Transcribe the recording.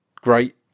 great